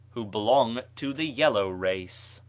who belong to the yellow race.